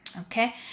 okay